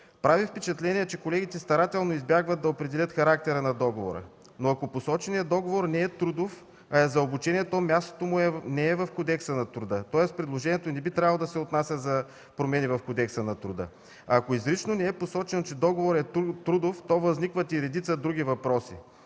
Прави впечатление, че колегите старателно избягват да определят характера на договора. Обаче, ако посоченият договор не е трудов, а е за обучение, то мястото му не е в Кодекса на труда, тоест предложението не би трябвало да се отнася за промени в Кодекса на труда. Ако изрично не е посочено, че договорът е трудов, то възникват и редица други въпроси,